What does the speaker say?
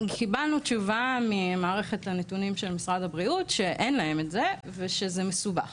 קיבלנו תשובה ממערכת הנתונים של משרד הבריאות שאין להם את זה ושזה מסובך